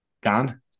gone